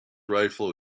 rifle